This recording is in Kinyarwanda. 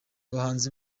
bahanzi